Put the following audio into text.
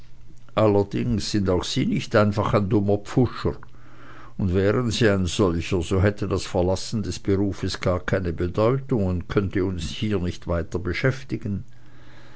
allerdings sind auch sie nicht einfach ein dummer pfuscher und wären sie ein solcher so hätte das verlassen des berufes gar keine bedeutung und könnte uns hier nicht weiter beschäftigen